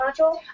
module